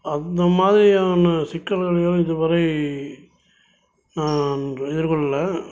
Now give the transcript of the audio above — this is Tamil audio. அந்த மாதிரியான சிக்கல்கள் இதுவரை நான் என்று எதிர்கொள்ளலை